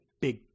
big